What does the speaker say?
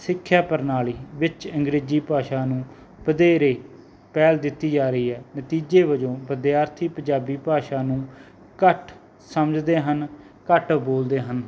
ਸਿੱਖਿਆ ਪ੍ਰਣਾਲੀ ਵਿੱਚ ਅੰਗਰੇਜ਼ੀ ਭਾਸ਼ਾ ਨੂੰ ਵਧੇਰੇ ਪਹਿਲ ਦਿੱਤੀ ਜਾ ਰਹੀ ਹੈ ਨਤੀਜੇ ਵਜੋਂ ਵਿਦਿਆਰਥੀ ਪੰਜਾਬੀ ਭਾਸ਼ਾ ਨੂੰ ਘੱਟ ਸਮਝਦੇ ਹਨ ਘੱਟ ਬੋਲਦੇ ਹਨ